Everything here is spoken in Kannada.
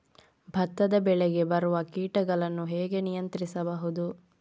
ಭತ್ತದ ಬೆಳೆಗೆ ಬರುವ ಕೀಟಗಳನ್ನು ಹೇಗೆ ನಿಯಂತ್ರಿಸಬಹುದು?